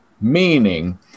Meaning